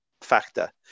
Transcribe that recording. factor